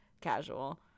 casual